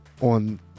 on